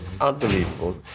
unbelievable